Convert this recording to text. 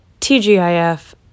TGIF